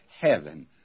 heaven